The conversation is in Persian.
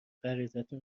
غریزتون